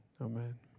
Amen